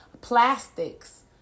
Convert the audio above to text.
plastics